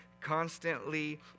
constantly